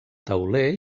tauler